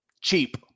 Cheap